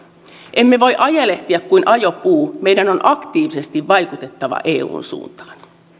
emme voi ajelehtia kuin ajopuu meidän on aktiivisesti vaikutettava eun suuntaan